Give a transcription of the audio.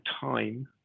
time